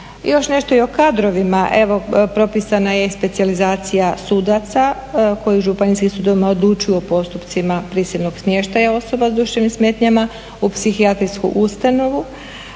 još nešto o kadrovima, evo propisana je specijalizacija sudaca koji u županijskim sudovima odlučuju o postupcima prisilnog smještaja osoba s duševnim smetnjama u psihijatrijsku ustanovu,